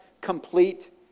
complete